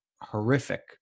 horrific